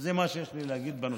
זה מה שיש לי להגיד בנושא.